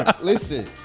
Listen